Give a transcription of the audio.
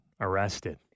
arrested